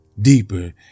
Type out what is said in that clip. deeper